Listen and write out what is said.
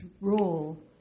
role